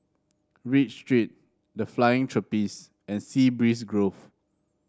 Read Street The Flying Trapeze and Sea Breeze Grove